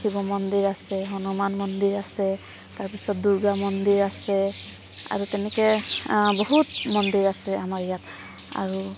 শিৱ মন্দিৰ আছে হনুমান মন্দিৰ আছে তাৰপিছত দুৰ্গা মন্দিৰ আছে আৰু তেনেকৈ বহুত মন্দিৰ আছে আমাৰ ইয়াত আৰু